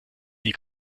die